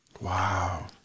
Wow